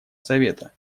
совета